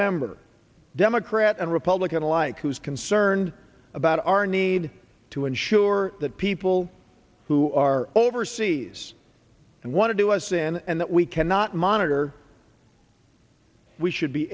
member democrat and republican alike who is concerned about our need to ensure that people who are overseas and want to do us in and that we cannot monitor we should be